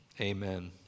amen